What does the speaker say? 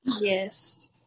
Yes